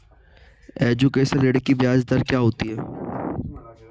Education ऋृण की ब्याज दर क्या होती हैं?